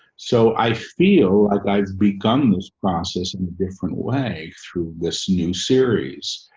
so i feel like i've become this process in different way through this new series,